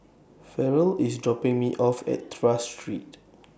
Farrell IS dropping Me off At Tras Street